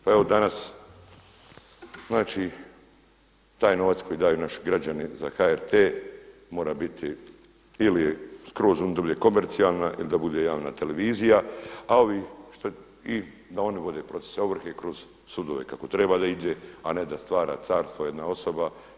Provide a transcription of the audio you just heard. Pa evo danas, znači taj novac koji daju naši građani za HRT mora biti skroz ili da bude komercijalna ili da bude javna televizija, a ovi i da oni vode procese ovrhe kroz sudove kako treba da ide a ne da stvara carstvo jedna osoba.